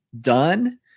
done